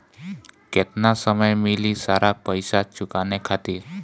केतना समय मिली सारा पेईसा चुकाने खातिर?